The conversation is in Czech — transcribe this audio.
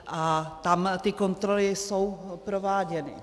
A tam ty kontroly jsou prováděny.